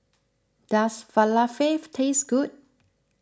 does Falafel taste good